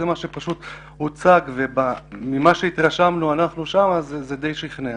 זה פשוט מה שהוצג וממה שהתרשמנו שם זה די שכנע.